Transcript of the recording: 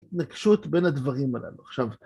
התנגשות בין הדברים הללו. עכשיו...